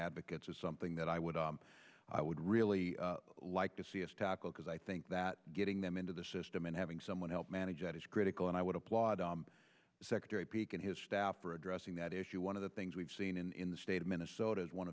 advocates is something that i would i would really like to see is tackle because i think that getting them into the system and having someone help manage it is critical and i would applaud the secretary peak and his staff for addressing that issue one of the things we've seen in the state of minnesota